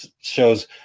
shows